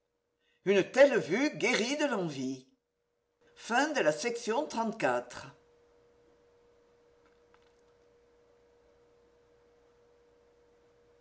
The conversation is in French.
une telle vue guérit de l'envie chapitre